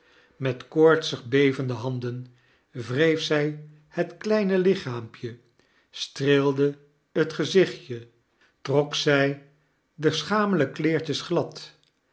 met koortsdg bevende handen wreef zij het kledne lichaampje stoeelde het gezichtje trok zij de schamele kleertjes glad